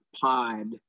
pod